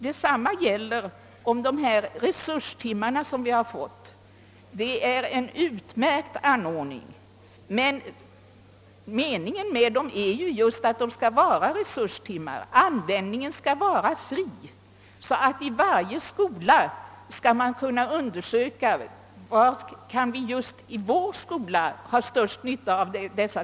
Detsamma gäller om de resurstimmar vi fått. Det är en utmärkt anordning men meningen är just att de skall vara resurstimmar. Användningen skall vara fri så att man i varje skola skall kunna undersöka hur man i just den skolan kan få den största nyttan av timmarna.